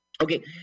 Okay